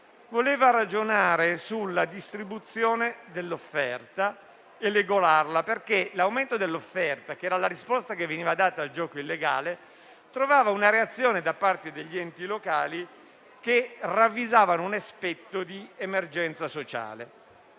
voleva ragionare sulla distribuzione dell'offerta e regolarla, perché l'aumento dell'offerta, che era la risposta che veniva data al gioco illegale, trovava una reazione, da parte degli enti locali, che ravvisava un effetto di emergenza sociale.